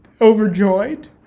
overjoyed